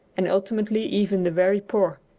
and ultimately even the very poor.